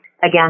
again